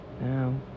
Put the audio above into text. now